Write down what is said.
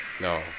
No